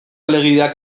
legediak